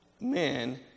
men